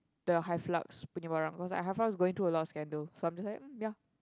the Hyflux punya barang because Hyflux is going through a lot of scandal so I'm just like um yeah